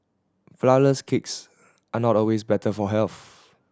flourless cakes are not always better for health